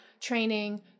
training